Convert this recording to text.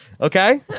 okay